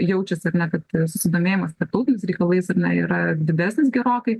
jaučiasi ar ne kad susidomėjimas tarptautiniais reikalais ar ne yra didesnis gerokai